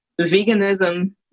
veganism